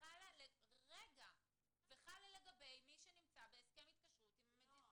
וחל על מי שנמצא בהסכם התקשרות --- לא.